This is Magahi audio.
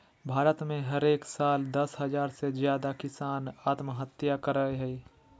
भारत में हरेक साल दस हज़ार से ज्यादे किसान आत्महत्या करय हय